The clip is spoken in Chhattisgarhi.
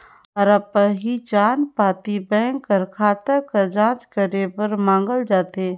दुबारा पहिचान पाती बेंक कर खाता कर जांच करे बर मांगल जाथे